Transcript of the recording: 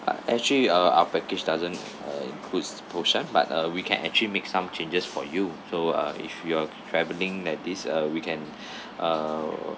uh actually ah our package doesn't uh includes busan but uh we can actually make some changes for you so ah if you are traveling at this uh we can uh